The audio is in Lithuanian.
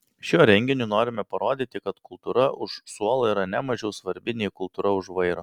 šiuo renginiu norime parodyti kad kultūra už suolo yra ne mažiau svarbi nei kultūra už vairo